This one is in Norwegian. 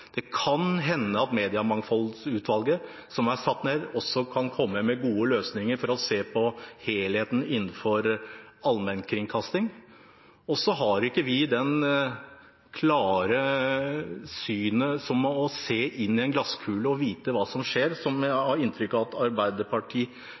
Det kan hende at mediemangfoldsutvalget som er satt ned, også kan komme med gode løsninger for helheten innen allmennkringkastingen. Så har ikke vi det klare synet, det å kunne se inn i en glasskule og vite hva som skjer, som